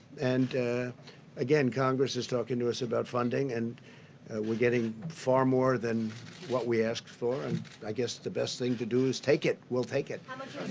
and again congress is talking to us about funding, and we're getting far more than what we asked for, and i guess the best thing to do is take it. we'll take it. reporter how much